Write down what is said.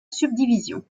subdivision